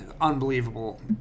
unbelievable